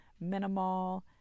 minimal